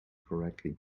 correctly